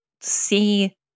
see